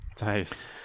Nice